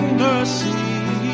mercy